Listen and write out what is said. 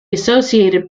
associated